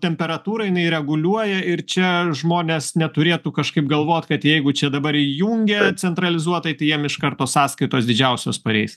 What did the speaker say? temperatūrą inai reguliuoja ir čia žmonės neturėtų kažkaip galvot kad jeigu čia dabar įjungia centralizuotai tai jiem iš karto sąskaitos didžiausios pareis